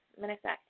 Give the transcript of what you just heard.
Minister